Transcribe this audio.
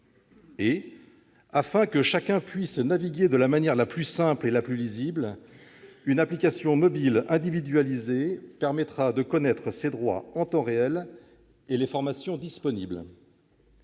Et, afin que chacun puisse naviguer de la manière la plus simple et la plus lisible, une application mobile individualisée permettra de connaître ses droits en temps réel et les formations disponibles.